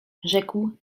rzekł